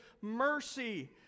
mercy